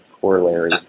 corollary